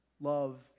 love